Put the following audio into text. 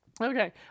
Okay